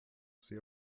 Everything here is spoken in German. sehr